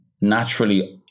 naturally